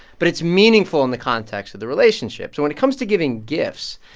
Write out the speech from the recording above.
but it's meaningful in the context of the relationship. so when it comes to giving gifts,